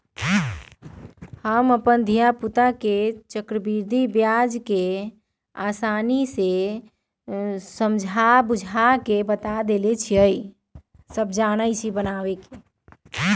हम अप्पन कोचिंग के धिया पुता सभके चक्रवृद्धि ब्याज के बारे में बहुते आसानी से बुझा देइछियइ